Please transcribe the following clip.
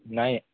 ନାଇଁ